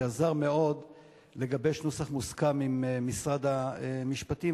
שעזר מאוד לגבש נוסח מוסכם עם משרד המשפטים,